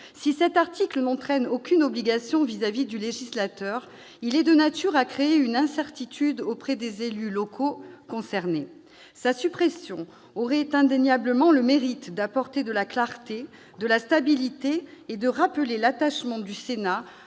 2019. S'il n'entraîne aucune obligation à l'égard du législateur, l'article est de nature à créer une incertitude parmi les élus locaux concernés. Sa suppression aurait indéniablement le mérite d'apporter de la clarté, de la stabilité et de rappeler l'attachement du Sénat